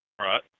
Right